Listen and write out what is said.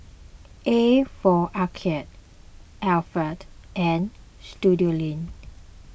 A for Arcade Alpen and Studioline